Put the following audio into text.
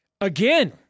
again